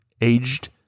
aged